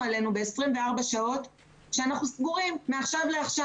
עלינו ב-24 שעות שאנחנו סגורים מעכשיו לעכשיו.